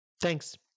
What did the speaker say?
Thanks